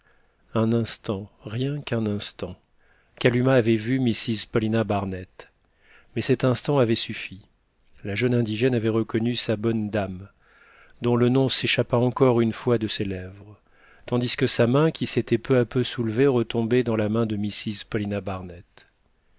un instant rien qu'un instant kalumah avait vu mrs paulina barnett mais cet instant avait suffi la jeune indigène avait reconnu sa bonne dame dont le nom s'échappa encore une fois de ses lèvres tandis que sa main qui s'était peu à peu soulevée retombait dans la main de mrs paulina barnett